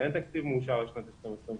ואין תקציב מאושר לשנת 2021,